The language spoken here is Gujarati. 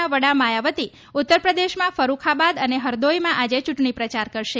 ના વડા માયાવતી ઉત્તરપ્રદેશમાં ફરુખાબાદ અને હરદોઇમાં આજે ચૂંટણી પ્રચાર કરશે